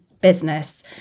business